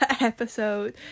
episode